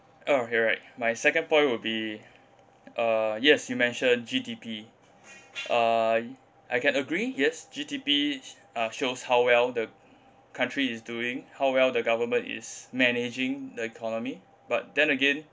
okay right my second point would be uh yes you mentioned G_D_P I I can agree yes G_D_P uh shows how well the country is doing how well the government is managing the economy but then again